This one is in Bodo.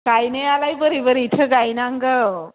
गायनायालाय बोरै बोरैथो गायनांगौ